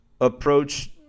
approach